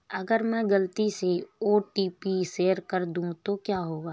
अगर मैं गलती से ओ.टी.पी शेयर कर दूं तो क्या होगा?